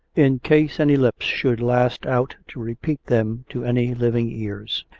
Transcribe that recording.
in case any lips should last out to repeat them to any living ears.